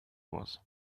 was